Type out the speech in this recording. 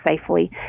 safely